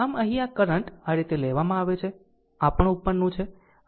આમ અહીં આ કરંટ આ રીતે લેવામાં આવે છે આ પણ ઉપરનું છે